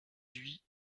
huit